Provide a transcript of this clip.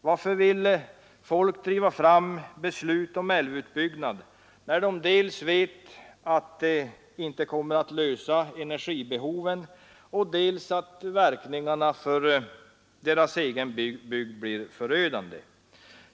Varför vill människor driva fram ett beslut om älvutbyggnad, när de vet dels att det inte kommer att lösa vårt lands energibehov, dels att verkningarna för deras egen bygd blir förödande?